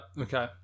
okay